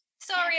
sorry